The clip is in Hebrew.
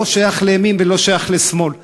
זה לא שייך לימין ולא שייך לשמאל,